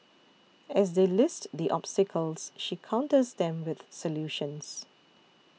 as they list the obstacles she counters them with solutions